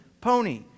pony